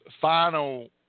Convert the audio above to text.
final